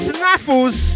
Snaffles